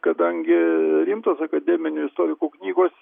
kadangi rimtos akademinių istorikų knygos